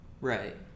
right